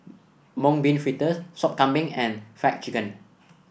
Mung Bean Fritters Sop Kambing and Fried Chicken